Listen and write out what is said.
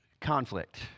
conflict